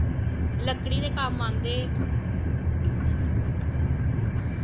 लकड़ी दे कम्म आंदे